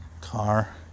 car